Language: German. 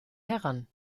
heran